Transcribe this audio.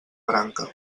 branca